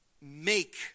make